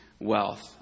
wealth